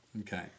Okay